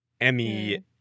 Emmy